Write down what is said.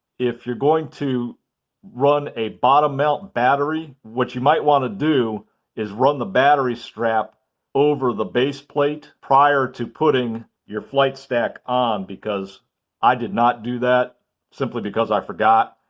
if you're going to run a bottom mount battery, what you might want to do is run the battery strap over the base plate prior to putting your flight stack on because i did not do that simply because i forgot.